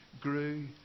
grew